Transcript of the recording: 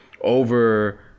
over